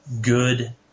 good